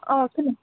अ सोरमोन